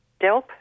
DELP